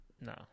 No